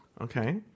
Okay